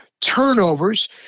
turnovers